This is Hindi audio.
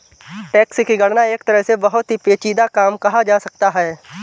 टैक्स की गणना एक तरह से बहुत ही पेचीदा काम कहा जा सकता है